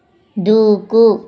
దూకు